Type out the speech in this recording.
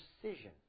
precision